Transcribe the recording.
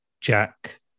Jack